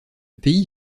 pays